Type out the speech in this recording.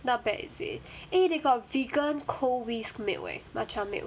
not bad is it eh they got vegan cold whisk milk eh matcha milk